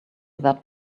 that